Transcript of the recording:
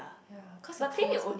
ya cause the pearls ah